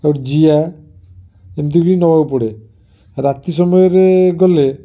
ଅର ଜିଆ ଏମିତି ବି ନବାକୁ ପଡ଼େ ରାତି ସମୟରେ ଗଲେ